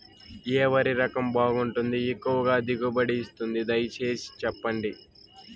ఏ వరి రకం బాగుంటుంది, ఎక్కువగా దిగుబడి ఇస్తుంది దయసేసి చెప్పండి?